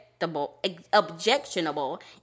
objectionable